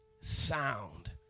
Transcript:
sound